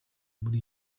muri